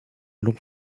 long